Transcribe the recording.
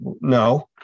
No